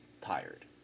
tired